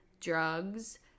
drugs